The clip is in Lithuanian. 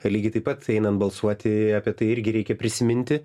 lygiai taip pat einant balsuoti apie tai irgi reikia prisiminti